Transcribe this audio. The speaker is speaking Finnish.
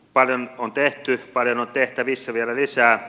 paljon on tehty paljon on tehtävissä vielä lisää